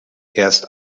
erst